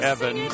Evan